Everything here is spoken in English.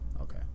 Okay